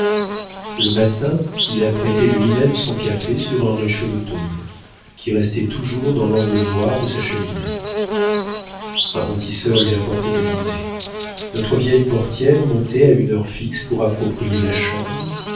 le matin il apprêtait lui-même son café sur un réchaud de tôle qui restait toujours dans l'angle noir de sa cheminée un rôtisseur lui apportait à dîner notre vieille portière montait à une heure fixe pour approprier la chambre